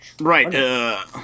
Right